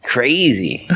Crazy